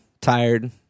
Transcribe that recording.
Tired